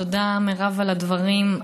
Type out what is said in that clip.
תודה, מרב, על הדברים.